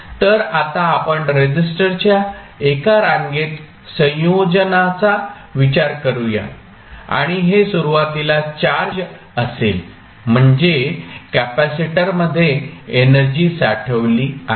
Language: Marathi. तर आता आपण रेसिस्टरच्या एका रांगेत संयोजनाचा विचार करूया आणि हे सुरुवातीला चार्जड् असेल म्हणजे कॅपेसिटरमध्ये एनर्जी साठवली आहे